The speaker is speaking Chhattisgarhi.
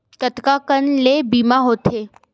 कतका कन ले बीमा होथे?